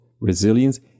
resilience